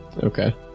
okay